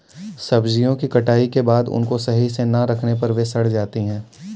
सब्जियों की कटाई के बाद उनको सही से ना रखने पर वे सड़ जाती हैं